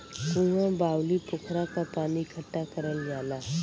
कुँआ, बाउली, पोखरा क पानी इकट्ठा करल जाला